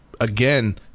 again